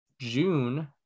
june